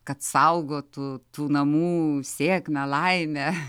kad saugotų tų namų sėkmę laimę